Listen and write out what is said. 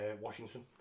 Washington